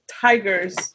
tigers